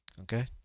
okay